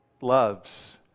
loves